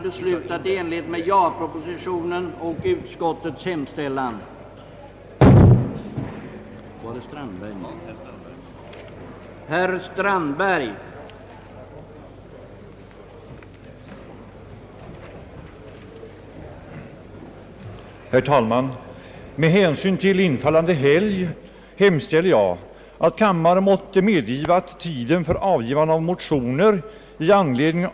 I vissa avseenden har motstridande informationer till allmänheten förekommit angående eventuella risker av att äta fisk från förorenat vatten. Blott en ringa del av landets vattendrag har hittills blivit föremål för undersökning angående kvicksilverförgiftning.